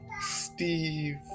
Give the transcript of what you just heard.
Steve